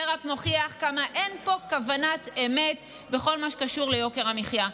זה רק מוכיח כמה אין פה כוונת אמת בכל מה שקשור ליוקר המחיה.